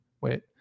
Wait